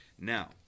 Now